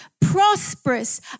prosperous